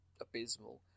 abysmal